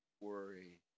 worry